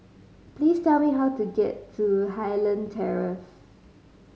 please tell me how to get to Highland Terrace